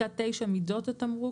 מידות התמרוק.